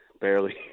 Barely